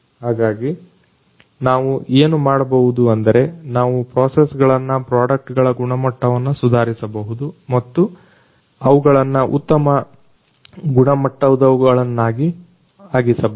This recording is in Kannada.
ಹಾಗಾಗಿ ನಾವು ಏನು ಮಾಡಬಹುದು ಎಂದರೆ ನಾವು ಪ್ರೊಸೆಸ್ಗಳನ್ನ ಪ್ರಾಡಕ್ಟ್ಗಳ ಗುಣಮಟ್ಟವನ್ನ ಸುಧಾರಿಸಬಹುದು ಮತ್ತು ಅವುಗಳನ್ನ ಉತ್ತಮ ಗುಣಮಟ್ಟದವುಗಳನ್ನಾಗಿಸಬಹುದು